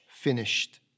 finished